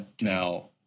Now